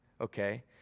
okay